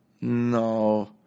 no